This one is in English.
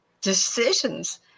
decisions